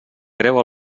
creu